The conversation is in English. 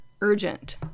urgent